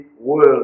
world